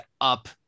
up